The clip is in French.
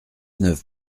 neuf